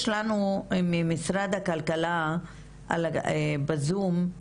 יש לנו ממשרד הכלכלה בזום נציגה,